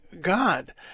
God